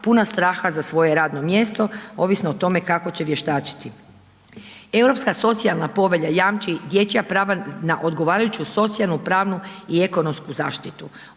puna straha za svoje radno mjesto ovisno o tome kako će vještačiti. Europska socijalna povelja jamči dječja prava na odgovarajuću socijalnu, pravnu i ekonomsku zaštitu.